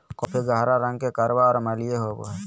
coffee गहरा रंग के कड़वा और अम्लीय होबो हइ